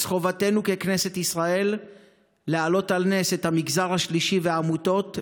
אז חובתנו ככנסת ישראל להעלות על נס את המגזר השלישי ואת העמותות,